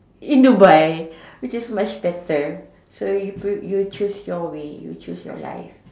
in Dubai which is much better so you choose your way you choose your life